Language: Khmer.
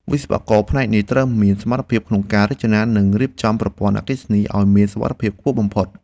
វិស្វករផ្នែកនេះត្រូវមានសមត្ថភាពក្នុងការរចនា និងរៀបចំប្រព័ន្ធអគ្គិសនីឱ្យមានសុវត្ថិភាពខ្ពស់បំផុត។